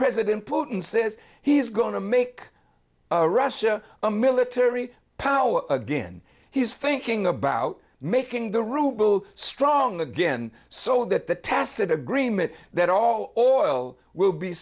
president putin says he's going to make russia a military power again he's thinking about making the ruble strong again so that the tacit agreement that all will be